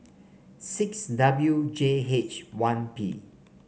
six W J H one P